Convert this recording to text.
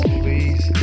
please